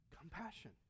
compassion